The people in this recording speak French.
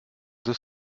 deux